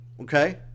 okay